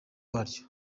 waryo